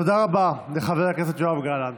תודה רבה לחבר הכנסת יואב גלנט.